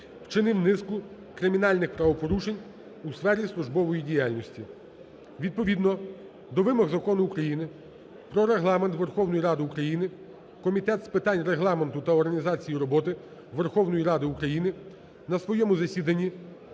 вчинив низку кримінальних правопорушень у сфері службової діяльності. Відповідно до вимог Закону України "Про Регламент Верховної Ради України" Комітет з питань Регламенту та організації роботи Верховної Ради України на своєму засіданні